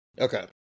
Okay